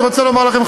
אני רוצה לומר לכם,